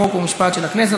חוק ומשפט של הכנסת.